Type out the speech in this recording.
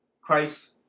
Christ